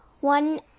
one